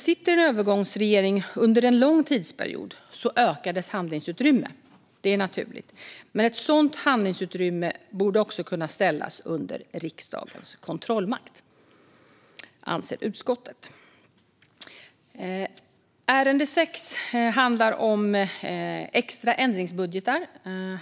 Sitter en övergångsregering under en lång tidsperiod ökar dess handlingsutrymme; det är naturligt. Men ett sådant handlingsutrymme borde också kunna ställas under riksdagens kontrollmakt, anser utskottet. Ärende 6 handlar om extra ändringsbudgetar.